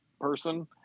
person